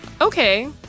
okay